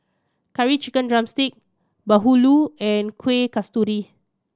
Curry Chicken drumstick bahulu and Kuih Kasturi